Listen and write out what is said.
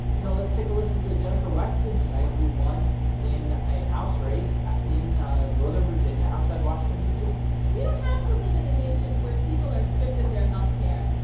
you know, let's take a listen to jennifer wexton tonight who won in a house race in northern virginia outside washington, d c we don't have to live in a nation where people are stripped of their health care.